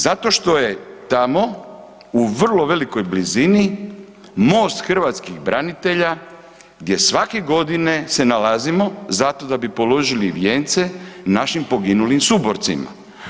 Zato što je tamo u vrlo velikoj blizini Most hrvatskih branitelja gdje svake godine se nalazimo zato da bi položili vijence našim poginulim suborcima.